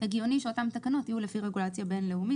עדיין יש כאן תקינה שמתייחסת לבטיחות ואנחנו מקווים שזה ייפתר,